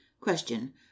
Question